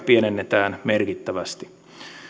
pienennetään merkittävästi